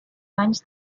banys